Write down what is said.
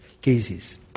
cases